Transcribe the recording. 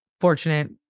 fortunate